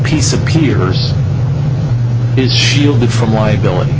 piece appears is shielded from liability